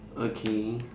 okay